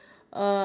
sorry